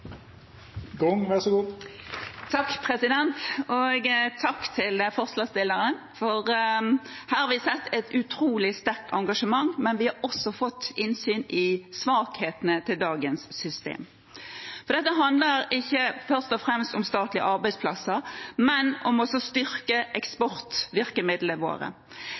Takk til forslagsstillerne, for her har vi sett et utrolig sterkt engasjement, men vi har også fått innsyn i svakhetene til dagens system. Dette handler ikke først og fremst om statlige arbeidsplasser, men om å styrke eksportvirkemidlene våre,